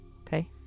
Okay